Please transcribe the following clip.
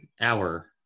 hour